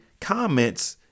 comments